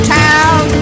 town